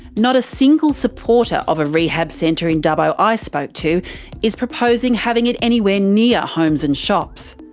not a single supporter of a rehab centre in dubbo i spoke to is proposing having it anywhere near homes and shops.